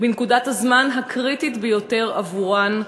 בנקודת הזמן הקריטית ביותר עבורן,